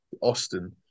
Austin